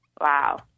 Wow